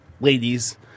ladies